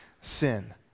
sin